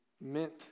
meant